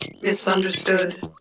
misunderstood